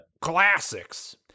classics